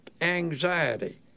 anxiety